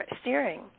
steering